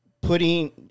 putting